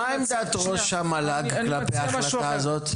מה עמדת ראש המל"ג כלפי ההחלטה הזאת?